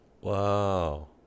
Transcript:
Wow